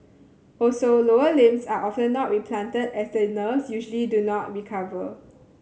also lower limbs are often not replanted as the nerves usually do not recover